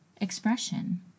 expression